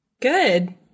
Good